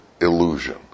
illusion